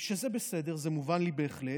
שזה בסדר, זה מובן לי בהחלט.